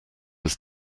was